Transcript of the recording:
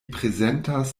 prezentas